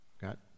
Got